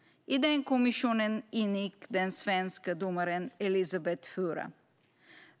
I den kommissionen ingick den svenska domaren Elisabet Fura.